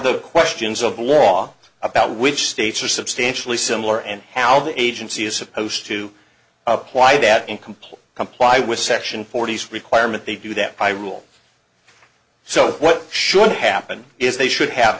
the questions of the law about which states are substantially similar and how the agency is supposed to apply that incomplete comply with section forty s requirement they do that by rule so what should happen is they should have